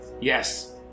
Yes